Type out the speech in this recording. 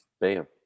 Bam